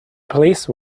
police